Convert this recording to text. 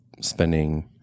spending